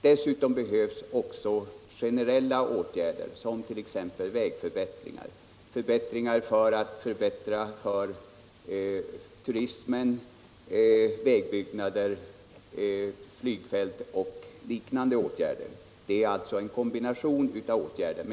Dessutom behövs generceHa åtgärder som vägförbättringar, väg och flygplatsbyggnad, förbättringar för turismen och liknande åtgärder. Det gäller alltså en kombination av åtgärder.